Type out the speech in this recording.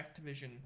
Activision